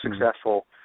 successful